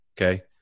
Okay